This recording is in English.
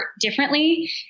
differently